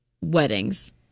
Weddings